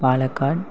Palakkad